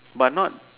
but not